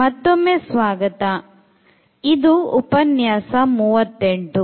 ಮತ್ತೊಮ್ಮೆ ಸ್ವಾಗತ ಇದು ಉಪನ್ಯಾಸ 38